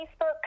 Facebook